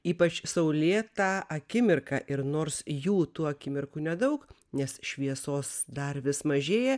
ypač saulėtą akimirką ir nors jų tų akimirkų nedaug nes šviesos dar vis mažėja